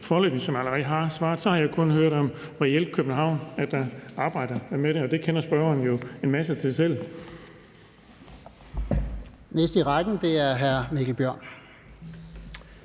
hvilket jeg allerede har svaret, har jeg reelt kun hørt om, at det er København, der arbejder med det, og det kender spørgeren jo en masse til selv.